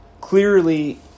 clearly